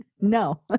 No